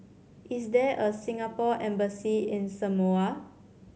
is there a Singapore Embassy in Samoa